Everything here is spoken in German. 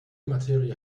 materie